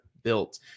built